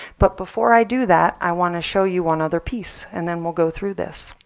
but before i do that i want to show you one other piece, and then we'll go through this.